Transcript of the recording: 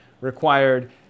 required